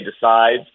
decides